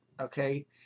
okay